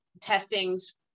testings